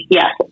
yes